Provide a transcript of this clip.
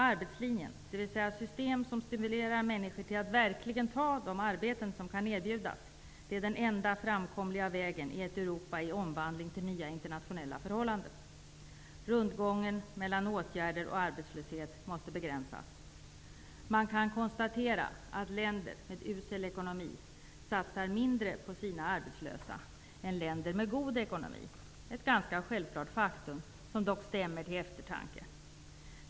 Arbetslinjen, dvs. det system som stimulerar människor till att verkligen ta de arbeten som kan erbjudas, är den enda framkomliga vägen i ett Europa i omvandling till nya internationella förhållanden. Rundgången mellan åtgärder och arbetslöshet måste begränsas. Man kan konstatera att länder med usel ekonomi satsar mindre på sina arbetslösa än länder med god ekonomi, ett ganska självklart faktum som dock stämmer till eftertanke.